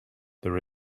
there